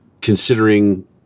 considering